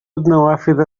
النوافذ